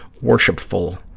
worshipful